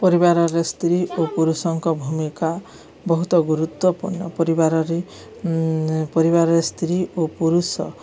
ପରିବାରରେ ସ୍ତ୍ରୀ ଓ ପୁରୁଷଙ୍କ ଭୂମିକା ବହୁତ ଗୁରୁତ୍ୱପୂର୍ଣ୍ଣ ପରିବାରରେ ପରିବାରରେ ସ୍ତ୍ରୀ ଓ ପୁରୁଷ